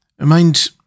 Mind